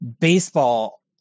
baseball